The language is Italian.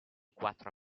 quattro